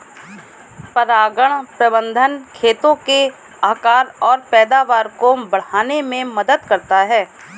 परागण प्रबंधन खेतों के आकार और पैदावार को बढ़ाने में मदद करता है